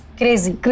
crazy